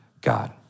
God